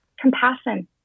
compassion